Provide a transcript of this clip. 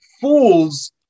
fools